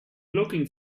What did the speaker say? looking